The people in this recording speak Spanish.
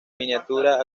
miniatura